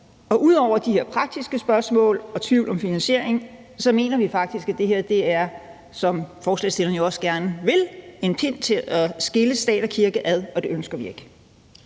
Ud over de her praktiske spørgsmål og tvivl om finansiering mener vi faktisk, at det her er, hvad forslagsstillerne jo også gerne vil have, en pind til at skille stat og kirke ad, og det ønsker vi ikke.